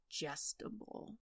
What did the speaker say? digestible